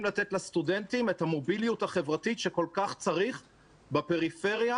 לתת לסטודנטים את המוביליות החברתית שכל-כך צריך בפריפריה,